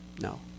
No